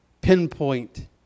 pinpoint